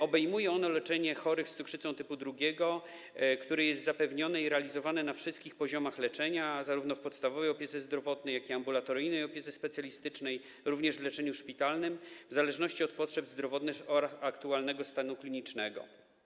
Obejmuje ono leczenie chorych z cukrzycą typu 2, które jest zapewnione i realizowane na wszystkich poziomach leczenia zarówno w podstawowej opiece zdrowotnej, jak i ambulatoryjnej opiece specjalistycznej, również w leczeniu szpitalnym, w zależności od potrzeb zdrowotnych oraz aktualnego stanu klinicznego.